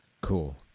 cool